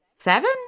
Seven